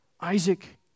Isaac